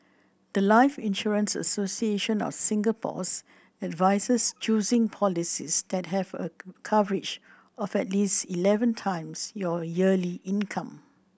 the life Insurance Association of Singapore's advises choosing policies that have a coverage of at least eleven times your yearly income